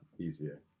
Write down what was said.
Easier